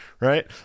Right